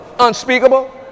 unspeakable